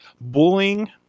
bullying